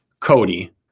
Cody